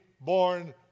born